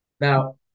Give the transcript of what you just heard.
Now